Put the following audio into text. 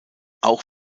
auch